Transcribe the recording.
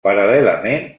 paral·lelament